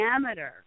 diameter